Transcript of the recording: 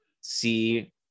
see